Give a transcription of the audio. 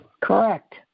Correct